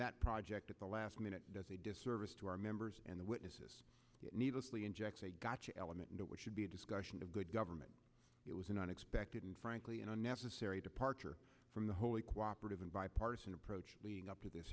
that project at the last minute does a disservice to our members and witnesses needlessly inject a gotcha element into what should be a discussion of good government it was an unexpected and frankly an unnecessary departure from the wholly cooperated in bipartisan approach leading up to this